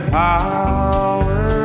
power